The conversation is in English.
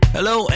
Hello